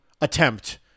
attempt